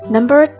Number